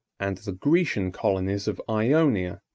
and the grecian colonies of ionia,